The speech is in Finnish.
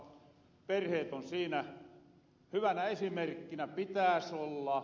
perheet on siinä hyvänä esimerkkinä pitääs olla